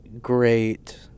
great